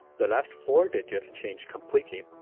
the last four digits change completely,